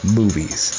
movies